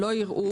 לא יראו,